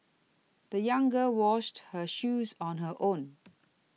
the young girl washed her shoes on her own